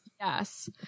Yes